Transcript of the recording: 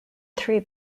three